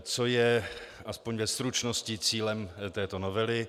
Co je, aspoň ve stručnosti, cílem této novely.